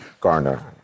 Garner